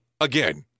again